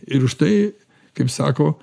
ir už tai kaip sako